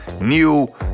new